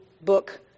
book